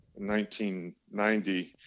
1990